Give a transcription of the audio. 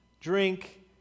drink